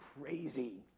crazy